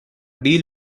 deal